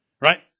Right